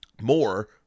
more